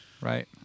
Right